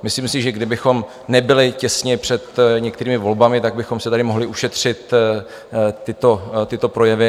Myslím si, že kdybychom nebyli těsně před některými volbami, tak bychom si tady mohli ušetřit tady tyto projevy.